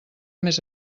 més